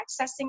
accessing